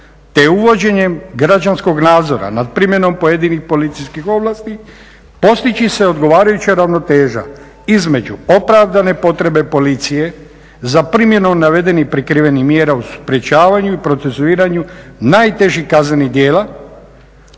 te uvođenjem građanskog nadzora nad primjenom pojedinih policijskih ovlasti postići će se odgovarajuća ravnoteža između opravdane potrebe policije za primjenom navedenih prikrivenih mjera u sprečavanju i procesuiranju najtežih kaznenih djela